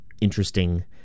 Interesting